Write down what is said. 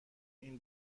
این